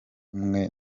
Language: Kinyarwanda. umwe